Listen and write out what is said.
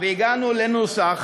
לנוסח